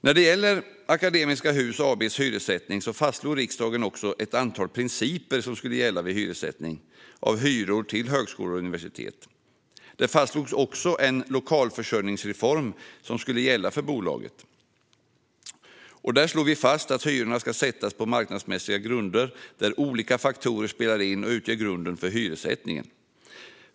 När det gäller Akademiska Hus AB:s hyressättning har riksdagen fastslagit ett antal principer som ska gälla när hyror sätts för högskolor och universitet. Det fastslogs också en lokalförsörjningsreform som skulle gälla för bolaget. Där slås fast att hyrorna ska sättas på marknadsmässiga grunder, där olika faktorer spelar in och utgör grunden för hyressättningen.